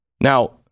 Now